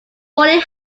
boarding